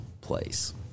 place